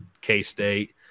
K-State